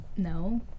No